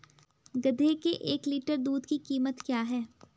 गधे के एक लीटर दूध की कीमत क्या है?